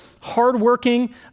hardworking